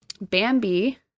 Bambi